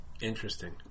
Interesting